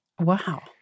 Wow